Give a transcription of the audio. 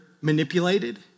manipulated